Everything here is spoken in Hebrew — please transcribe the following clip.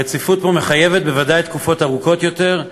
הרציפות פה מחייבת בוודאי תקופות ארוכות יותר,